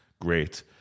Great